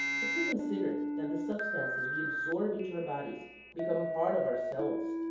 if we consider that the substances we absorb into our bodies become part of ourselves,